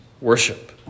worship